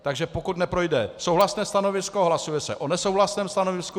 Takže pokud neprojde souhlasné stanovisko, hlasuje se o nesouhlasném stanovisku.